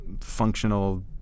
functional